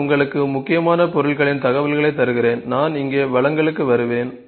நான் உங்களுக்கு முக்கியமான பொருட்களின் தகவல்களைத் தருகிறேன் நான் இங்கே வளங்களுக்கு வருவேன்